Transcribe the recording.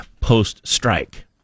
post-strike